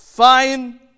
Fine